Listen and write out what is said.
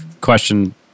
question